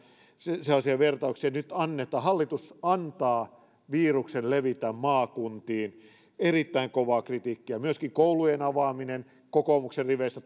jopa sellaisia vertauksia että nyt hallitus antaa viruksen levitä maakuntiin erittäin kovaa kritiikkiä myöskin koulujen avaaminen kokoomuksen riveistä